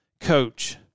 coach